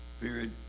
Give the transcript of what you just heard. Period